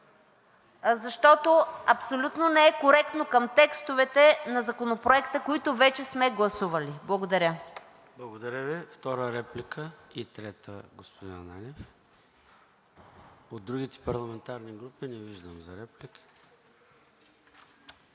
защото абсолютно не е коректно към текстовете на Законопроекта, които вече сме гласували. Благодаря. ПРЕДСЕДАТЕЛ ЙОРДАН ЦОНЕВ: Благодаря Ви. Втора реплика, и трета – господин Ананиев. От другите парламентарни групи? Не виждам за реплики.